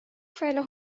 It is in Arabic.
فعله